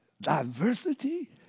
Diversity